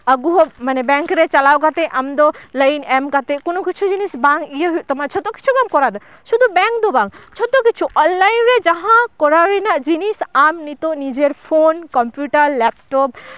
ᱟᱹᱜᱩ ᱦᱚᱸ ᱵᱮᱝᱠ ᱨᱮ ᱪᱟᱞᱟᱣ ᱠᱟᱛᱮᱜ ᱟᱢ ᱫᱚ ᱞᱟᱭᱤᱱ ᱮᱢ ᱠᱟᱛᱮᱜ ᱠᱚᱱᱳ ᱠᱤᱪᱷᱩ ᱡᱤᱱᱤᱥ ᱵᱟᱝ ᱤᱭᱟᱹ ᱦᱩᱭᱩᱜ ᱛᱟᱢᱟ ᱡᱷᱚᱛᱚ ᱠᱤᱪᱷᱩ ᱜᱮᱢ ᱠᱚᱨᱟᱣ ᱫᱟ ᱥᱩᱫᱩ ᱵᱮᱝᱠ ᱫᱚ ᱵᱟᱝ ᱡᱷᱚᱛᱚ ᱠᱤᱪᱷᱩ ᱚᱱᱞᱟᱭᱤᱱ ᱨᱮ ᱡᱟᱦᱟᱸ ᱠᱚᱨᱟᱣ ᱨᱮᱱᱟᱜ ᱡᱤᱱᱤᱥ ᱟᱢ ᱱᱤᱛᱚᱜ ᱱᱤᱡᱮᱨ ᱯᱷᱳᱱ ᱠᱚᱢᱯᱤᱭᱩᱴᱟᱨ ᱞᱮᱯᱴᱚᱯ